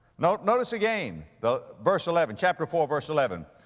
no, notice again the, verse eleven, chapter four verse eleven,